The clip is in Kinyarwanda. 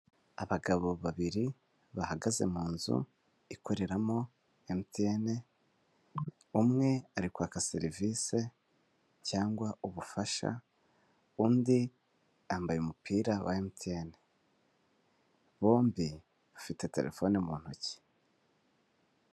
Abagabo babiri bahagaze mu nzu ikoreramo emutiyene, umwe ari kwaka serivisi cyangwa ubufasha, undi yambaye umupira wa emutiyene bombi bafite telefone mu ntoki.